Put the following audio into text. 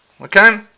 Okay